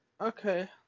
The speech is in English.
okay